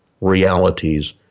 realities